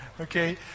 okay